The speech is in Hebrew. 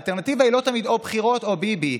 האלטרנטיבה היא לא תמיד או בחירות או ביבי,